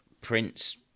Prince